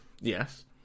Yes